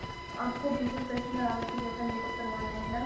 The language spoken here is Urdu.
آپ کو بالکل کرشما راوت کے جیسا میک اپ کروانا ہے نا